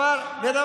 לא קשור,